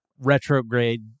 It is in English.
retrograde